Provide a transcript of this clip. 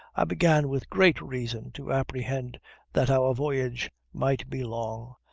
i began with great reason to apprehend that our voyage might be long,